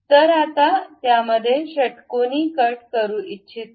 तर आता त्यामध्ये षटकोनी कट करू इच्छितो